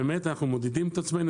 צריך לראות שבאמת אנחנו מודדים את עצמנו